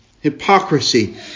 Hypocrisy